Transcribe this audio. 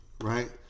right